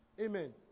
Amen